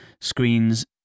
screens